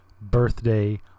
birthday